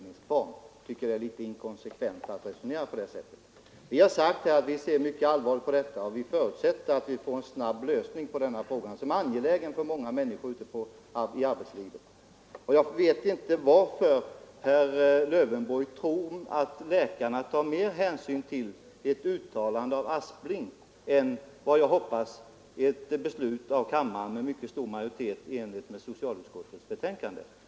Jag tycker att det är litet inkonsekvent att resonera på det sättet. Vi har sagt att vi ser mycket allvarligt på denna fråga och förutsätter att den får en snabb lösning, eftersom den är angelägen för många människor ute i arbetslivet. Jag vet inte varför herr Lövenborg tror att läkarna tar mer hänsyn till ett uttalande av statsrådet Aspling än till — som jag hoppas — ett beslut av kammaren med mycket stor majoritet i enlighet med socialutskottets hemställan.